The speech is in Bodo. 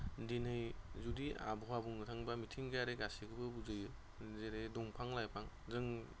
दिनै जुदि आबहावा बुंनो थाङोब्ला मिथिंगानि गासैबो बुजिगोन जेरै दंफां लाइफां जों